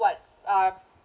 what uh